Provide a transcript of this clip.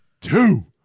Two